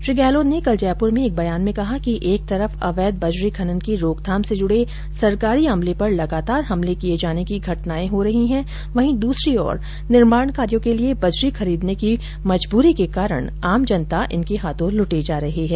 श्री गहलोत ने कल जयपुर में एक बयान में कहा कि एक तरफ अवैध बजरी खनन की रोकथाम से जुड़े सरकारी अमले पर लगातार हमले किये जाने की घटनाये घटित हो रही है वहीं दूसरी ओर निर्माण कार्यो के लिये बजरी खरीदने की मजबूरी के कारण आम जनता इनके हाथों लुटी जा रही है